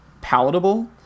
palatable